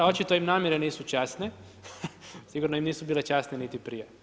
Očito im namjere nisu časne, sigurno im nisu bile časne niti prije.